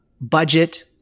budget